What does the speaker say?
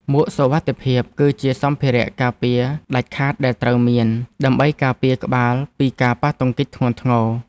មួកសុវត្ថិភាព គឺជាសម្ភារៈការពារដាច់ខាតដែលត្រូវមាន ដើម្បីការពារក្បាលពីការប៉ះទង្គិចធ្ងន់ធ្ងរ។